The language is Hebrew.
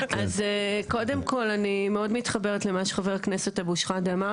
אז קודם כל אני מאוד מתחברת למה שחבר הכנסת אבו שחאדה אמר,